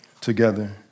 together